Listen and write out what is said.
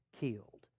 killed